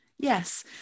Yes